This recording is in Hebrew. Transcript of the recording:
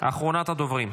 אחרונת הדוברים,